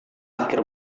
akhir